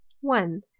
one